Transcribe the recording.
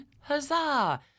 Huzzah